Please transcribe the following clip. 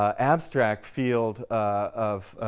ah abstract field of